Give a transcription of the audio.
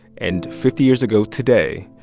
and fifty years ago today,